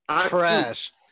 Trash